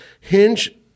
hinge